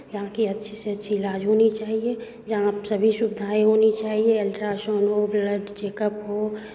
जहाँ की अच्छी से अच्छी इलाज होनी चाहिए जहाँ सभी सुविधाएँ होनी चाहिए अल्ट्रासाउंड हो ब्लड चेकअप हो